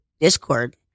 Discord